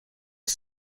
are